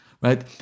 right